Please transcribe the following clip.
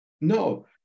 No